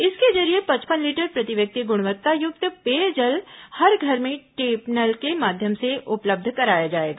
इसके जरिए पचपन लीटर प्रति व्यक्ति गुणवत्ता युक्त पेयजल हर घर में टेप नल के माध्यम से उपलब्ध कराया जाएगा